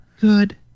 Good